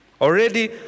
Already